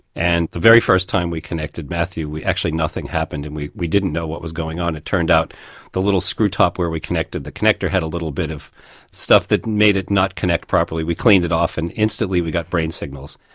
and the very first time we connected matthew actually nothing happened, and we we didn't know what was going on. it turned out the little screw-top where we connect the connector had a little bit of stuff that made it not connect properly we cleaned it off and instantly we got brain signals.